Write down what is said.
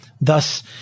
Thus